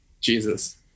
jesus